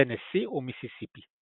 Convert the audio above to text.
טנסי ומיסיסיפי.